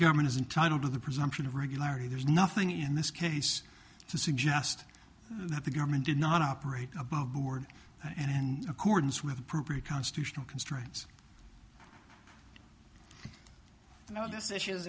government is entitle to the presumption of regularity there's nothing in this case to suggest that the government did not operate above board and accordance with appropriate constitutional constraints you know this is